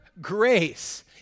grace